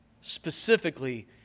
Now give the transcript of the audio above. Specifically